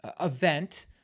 event